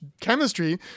chemistry